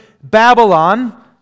Babylon